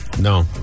no